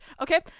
Okay